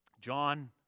John